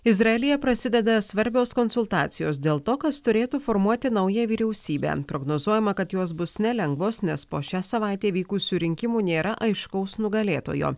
izraelyje prasideda svarbios konsultacijos dėl to kas turėtų formuoti naują vyriausybę prognozuojama kad jos bus nelengvos nes po šią savaitę įvykusių rinkimų nėra aiškaus nugalėtojo